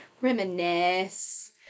reminisce